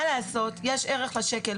מה לעשות, יש ערך לשקל.